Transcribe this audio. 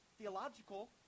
theological